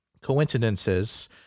coincidences